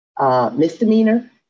misdemeanor